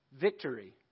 victory